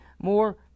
more